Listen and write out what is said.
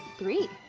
three.